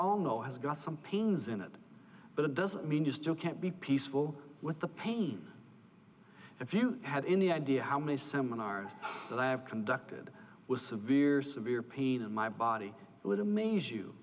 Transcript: all know has got some pains in it but it doesn't mean you still can't be peaceful with the pain if you have any idea how many seminars that i have conducted with severe severe pain in my body would amaze you